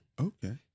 Okay